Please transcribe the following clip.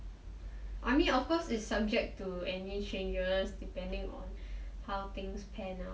I mean of course it's subject to any changes depending on how things pan out